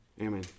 Amen